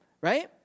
right